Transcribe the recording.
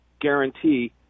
guarantee